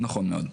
נכון מאוד.